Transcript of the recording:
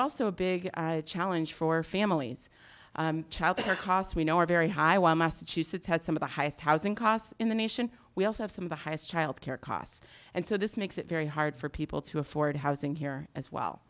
also a big challenge for families childcare costs we know are very high while massachusetts has some of the highest housing costs in the nation we also have some of the highest childcare costs and so this makes it very hard for people to afford housing here as well